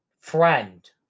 friend